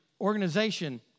organization